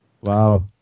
Wow